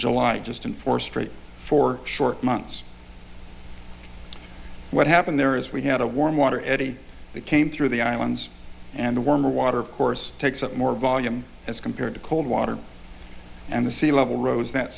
july just in four straight for short months what happened there is we had a warm water eddy that came through the islands and the warmer water of course takes up more volume as compared to cold water and the sea level rose that